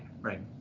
right